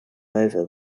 over